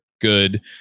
Good